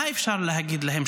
מה אפשר לומר עליהן,